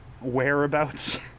whereabouts